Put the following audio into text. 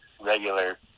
regular